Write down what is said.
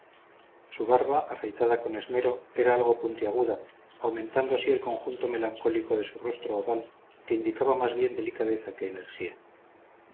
su barba afeitada con esmero era algo puntiaguda aumentando así el conjunto melancólico de su rostro oval que indicaba más bien delicadeza que energía